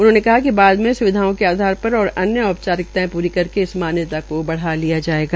उन्होंने बताया कि बाद में स्विधाओं के आधार पर और अन्य औपचारिकताएं पूरी करके इस मान्यता को बढ़ा दिया जाएगा